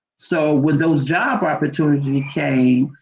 so when those job opportunity came,